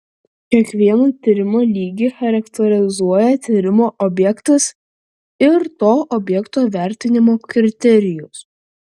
kiekvieną tyrimo lygį charakterizuoja tyrimo objektas ir to objekto vertinimo kriterijus